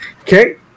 okay